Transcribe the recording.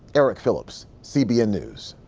eric phillips. cbn news.